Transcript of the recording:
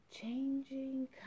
changing